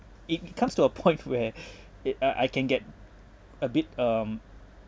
it comes to a point where it uh I can get a bit um